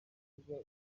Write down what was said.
ivuga